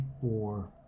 four